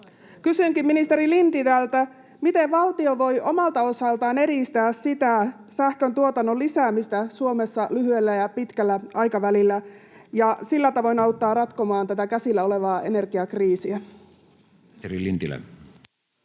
Kysynkin ministeri Lintilältä: miten valtio voi omalta osaltaan edistää sitä sähköntuotannon lisäämistä Suomessa lyhyellä ja pitkällä aikavälillä ja sillä tavoin auttaa ratkomaan tätä käsillä olevaa energiakriisiä?